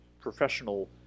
professional